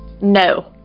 No